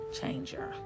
changer